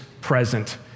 present